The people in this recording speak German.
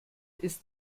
ist